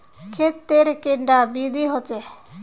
खेत तेर कैडा विधि होचे?